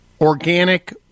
organic